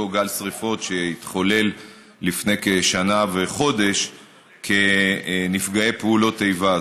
גל שרפות שהתחולל לפני כשנה וחודש כנפגעי פעולות איבה.